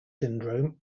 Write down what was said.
syndrome